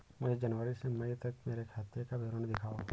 मुझे जनवरी से मई तक मेरे खाते का विवरण दिखाओ?